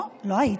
לא, לא הייתי.